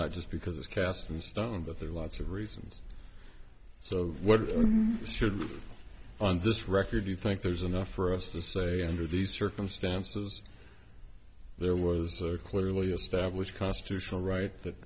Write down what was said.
not just because it's cast in stone but there are lots of reasons so what should on this record do you think there's enough for us to say under these circumstances there was clearly established constitutional right that